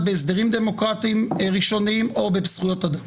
בהסדרים דמוקרטיים ראשוניים או בזכויות אדם.